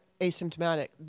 asymptomatic